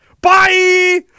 Bye